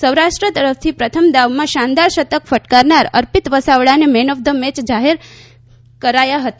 સૌરાષ્ટ્રતરફથી પ્રથમ દાવમાં શાનદાર શતક ફટકારનાર અર્પિત વસાવડાને મેન ઓફ થઈમેચ જાહેર કરાયા હતા